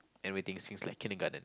everything since like kindergarten